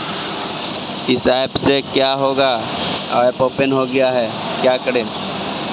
अपन बोनक लकड़ीक सूची बनाबय लेल बैसब तँ साझ भए जाएत